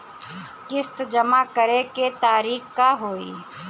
किस्त जमा करे के तारीख का होई?